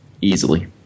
Easily